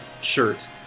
shirt